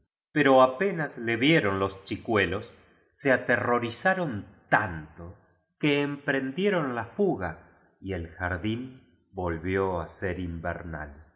pero apenas le vieron los chicuelos se aterrorizaron tanto que emprendieron la fuga y el jardín volvió á ser invernal